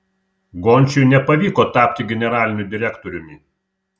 gončiui nepavyko tapti generaliniu direktoriumi